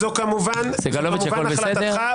סגלוביץ', הכול בסדר?